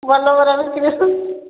ଭଲ ବରା ବିକ୍ରି ହେଉଛି